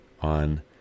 on